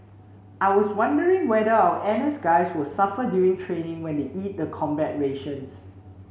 I was wondering whether our N S guys will suffer during training when they eat the combat rations